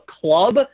club